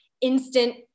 instant